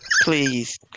Please